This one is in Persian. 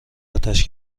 آتش